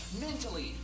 mentally